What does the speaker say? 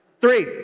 three